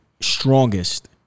strongest